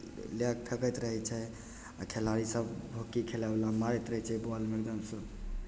लए कऽ फेँकैत रहै छै आ खेलाड़ीसभ हॉकी खेलयवला मारैत रहै छै बॉलमे एकदमसँ